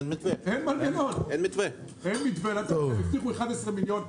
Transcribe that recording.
אין מתווה לתת להם.